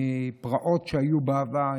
מפרעות שהיו בעבר,